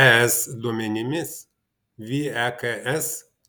es duomenimis veks